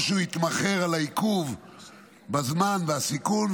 או שהוא יתמחר על העיכוב בזמן והסיכון,